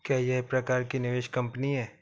क्या यह एक प्रकार की निवेश कंपनी है?